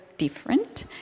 different